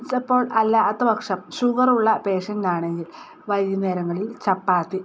ചിലപ്പോൾ അല്ലാത്തപക്ഷം ഷുഗറുള്ള പേഷ്യൻ്റെനാണെങ്കിൽ വൈകുന്നേരങ്ങളിൽ ചപ്പാത്തി